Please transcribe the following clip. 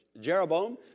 Jeroboam